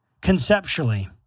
conceptually